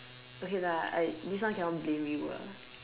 okay lah I this one cannot blame you ah